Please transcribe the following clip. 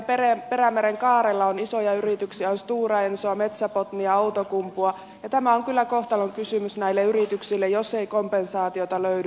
meillä perämerenkaarella on isoja yrityksiä on stora ensoa metsä botniaa outokumpua ja tämä on kyllä kohtalonkysymys näille yrityksille jos ei kompensaatiota löydy